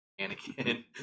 Anakin